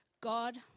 God